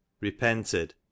repented